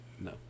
No